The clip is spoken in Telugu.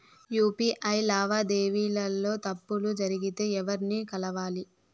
యు.పి.ఐ లావాదేవీల లో తప్పులు జరిగితే ఎవర్ని కలవాలి?